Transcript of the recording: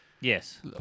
yes